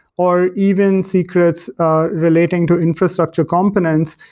or even secrets ah relating to infrastructure components,